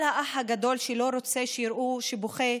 על האח הגדול שלא רוצה שיראו שהוא בוכה,